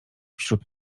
wśród